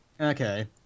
Okay